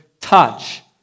touch